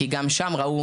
כי גם שם ראו,